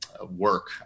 work